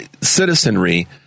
citizenry